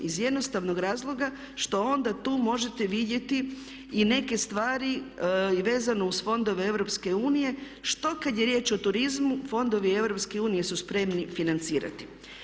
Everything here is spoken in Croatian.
Iz jednostavnog razloga što onda tu možete vidjeti i neke stvari i vezano uz fondove EU što kada je riječ o turizmu, fondovi Europske unije su spremni financirati.